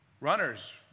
Runners